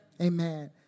amen